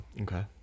Okay